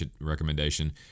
recommendation